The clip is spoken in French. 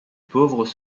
pauvres